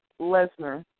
Lesnar